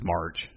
March